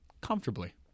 comfortably